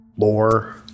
lore